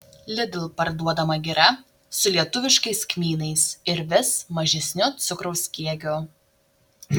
lidl parduodama gira su lietuviškais kmynais ir vis mažesniu cukraus kiekiu